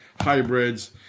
hybrids